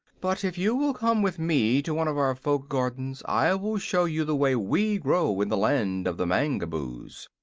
but if you will come with me to one of our folk gardens i will show you the way we grow in the land of the mangaboos.